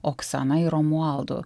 oksana ir romualdu